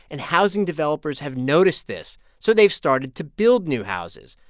and housing developers have noticed this, so they've started to build new houses.